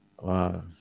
Wow